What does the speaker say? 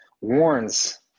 warns